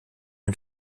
ein